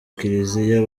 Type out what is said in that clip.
kiliziya